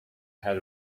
had